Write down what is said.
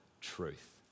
truth